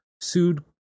sued